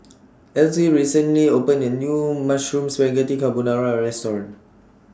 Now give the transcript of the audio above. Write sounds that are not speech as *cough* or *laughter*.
*noise* Elzy recently opened A New Mushroom Spaghetti Carbonara Restaurant